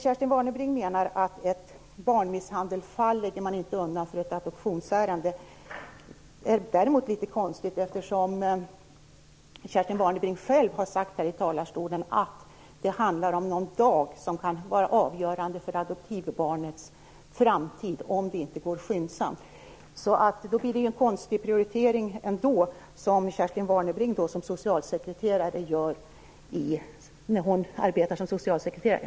Kerstin Warnerbring menar att man inte lägger undan ett barnmisshandelsfall för ett adoptionsärende. Det är litet konstigt, eftersom hon själv har sagt här i talarstolen att det handlar om att någon dag kan vara avgörande för adoptivbarnets framtid, om det inte går skyndsamt. Det blir en konstig prioritering som Kerstin Warnerbring gör när hon arbetar som socialsekreterare.